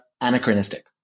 anachronistic